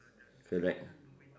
correct